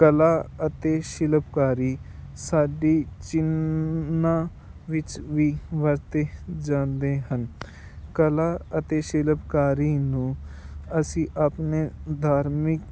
ਕਲਾ ਅਤੇ ਸ਼ਿਲਪਕਾਰੀ ਸਾਡੀ ਚਿੰਨ੍ਹਾਂ ਵਿੱਚ ਵੀ ਵਰਤੇ ਜਾਂਦੇ ਹਨ ਕਲਾ ਅਤੇ ਸ਼ਿਲਪਕਾਰੀ ਨੂੰ ਅਸੀਂ ਆਪਣੇ ਧਾਰਮਿਕ